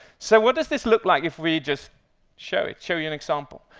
so, what does this look like if we just show show you an example?